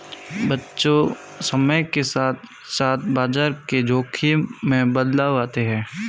बच्चों समय के साथ साथ बाजार के जोख़िम में बदलाव आते हैं